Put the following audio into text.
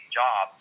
job